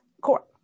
court